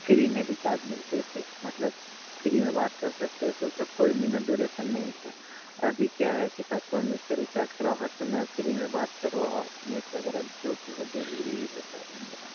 free में recharge मिलते थे मतलब फ़्री में बात कर सकते थे उसका कोई मिनट ड्यूरेशन नहीं था अभी क्या है कि सात सौ उन्नीस का रिचार्ज कराओ हर समय फ़्री में बात करो और नेट वगैरह जो भी है डेढ़ जी बी यूज़ होता है धन्यवाद